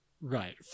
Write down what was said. Right